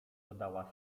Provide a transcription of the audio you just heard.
dodała